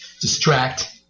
distract